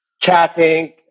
chatting